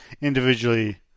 individually